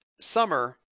Summer